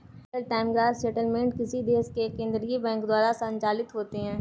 real time gross settlement किसी देश के केन्द्रीय बैंक द्वारा संचालित होते हैं